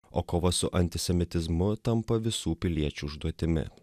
o kova su antisemitizmu tampa visų piliečių užduotimi